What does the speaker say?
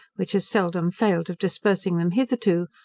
which has seldom failed of dispersing them hitherto,